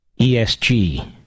esg